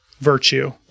Virtue